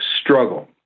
struggle